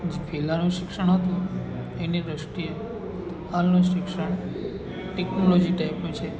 જ પહેલાંનું શિક્ષણ હતું એની દૃષ્ટિએ હાલનું શિક્ષણ ટેક્નોલોજી ટાઈપનું છે